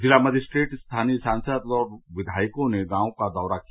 जिला मजिस्ट्रेट स्थानीय सांसद और विघायकों ने गांवों का दौरा किया